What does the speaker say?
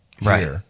Right